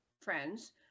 friends